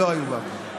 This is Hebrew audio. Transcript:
לא היו בהפגנה.